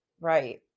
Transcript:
Right